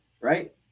right